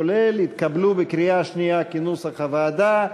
כולל, התקבלו בקריאה שנייה, כנוסח הוועדה.